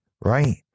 right